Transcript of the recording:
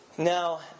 Now